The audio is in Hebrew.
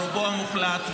ברובו המוחלט,